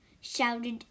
shouted